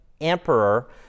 emperor